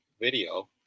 video